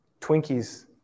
Twinkies